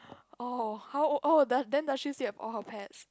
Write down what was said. orh how how then does she still have all her pets